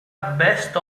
best